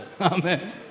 Amen